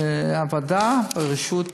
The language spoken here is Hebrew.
הוועדה בראשות